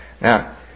Now